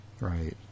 Right